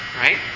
Right